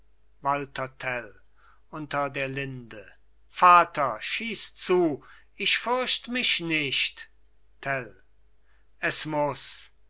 tell unter der linde vater schiess zu ich fürcht mich nicht tell es muss